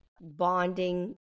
bonding